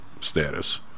status